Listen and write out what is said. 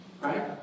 Right